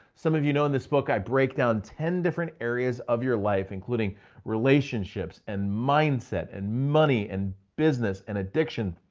some of you know in this book i break down ten different areas of your life, including relationships and mindset and money and business and addiction.